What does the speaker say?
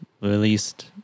released